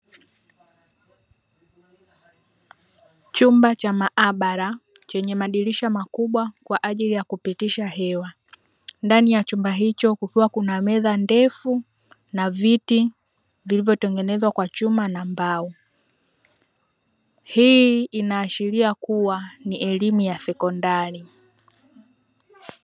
Chumba cha maabara chenye madirisha makubwa kwa ajili ya kupitisha hewa. Ndani ya chumba hicho kukiwa kuna meza ndefu na viti vilivyotengenezwa kwa chuma na mbao. Hii inaashiria kuwa ni elimu ya sekondari.